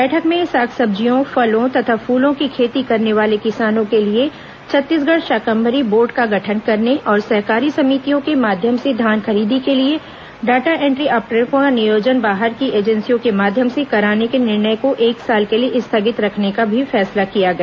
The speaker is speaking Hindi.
बैठक में साग सब्जियों फलों तथा फूलों की खेती करने वाले किसानों के लिए छत्तीसगढ़ शाकम्भरी बोर्ड का गठन करने और सहकारी समितियों कें माध्यम से धान खरीदी के लिए डाटा एंट्री ऑपरेटरों का नियोजन बाहर की एजेंसियों के माध्यम से कराने के निर्णय को एक साल के लिए स्थगित रखने का भी फैसला किया गया